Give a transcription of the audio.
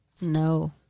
No